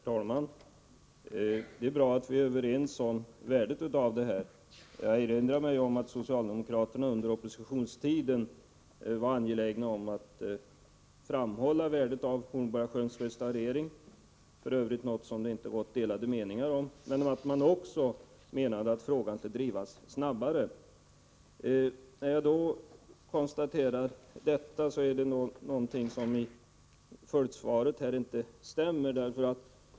Herr talman! Det är bra att vi är överens om värdet av Hornborgasjön. Jag erinrar mig att socialdemokraterna under oppositionstiden var angelägna om att framhålla värdet av Hornborgasjöns restaurering, f. ö. något som det inte rått delade meningar om. Men man ansåg också att frågan skulle drivas snabbare. När jag konstaterat detta tycker jag att det är något i följdsvaret som inte stämmer.